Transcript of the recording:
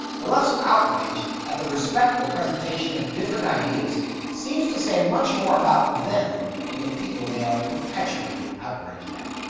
the left's outrage at the respectful presentation of different ideas seems to says much more about them than the people they are perpetually outraged at.